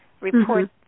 report